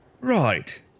Right